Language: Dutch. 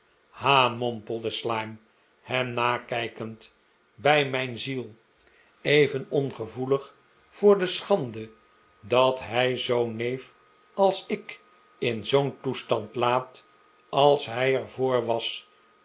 ha mompelde slyme hen nakijkend bij mijn ziel even ongevoelig voor de schande dat hij zoo'n neef als ik in zoo'n toestand laat als hij er voor was